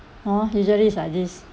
hor usually is like this